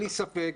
בלי ספק,